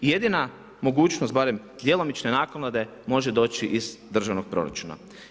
I jedina mogućnost, barem djelomične naknade može doći iz državnog proračuna.